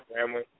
family